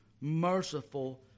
merciful